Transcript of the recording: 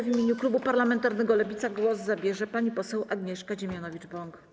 W imieniu klubu parlamentarnego Lewica głos zabierze pani poseł Agnieszka Dziemianowicz-Bąk.